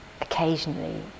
occasionally